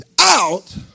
out